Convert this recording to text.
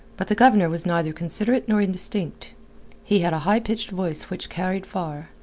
but the governor was neither considerate nor indistinct he had a high-pitched voice which carried far,